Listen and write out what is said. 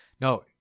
no